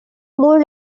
মোৰ